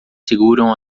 seguram